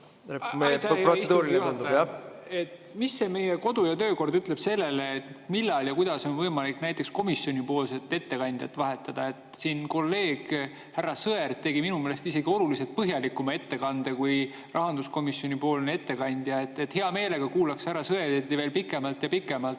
Mis see meie kodu- ja töökord ütleb selle kohta, millal ja kuidas on võimalik komisjonipoolset ettekandjat vahetada? Siin kolleeg härra Sõerd tegi minu meelest oluliselt põhjalikuma ettekande kui rahanduskomisjoni ettekandja. Hea meelega kuulaks härra Sõerdi veel pikemalt. Tema